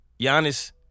Giannis